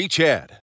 Chad